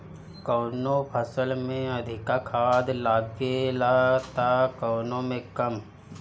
कवनो फसल में अधिका खाद लागेला त कवनो में कम